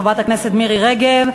חברת הכנסת מירי רגב.